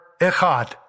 echad